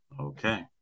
Okay